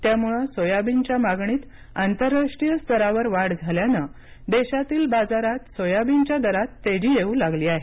त्यामुळे सोयाबीनच्या मागणीत आंतरराष्ट्रीय स्तरावर वाढ झाल्यानं देशातील बाजारात सोयाबीनच्या दरात तेजी येऊ लागली आहे